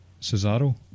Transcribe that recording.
Cesaro